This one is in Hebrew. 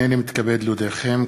הנני מתכבד להודיעכם,